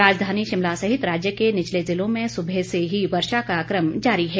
राजधानी शिमला सहित राज्य के निचले जिलों में सुबह से ही वर्षा का क्रम जारी है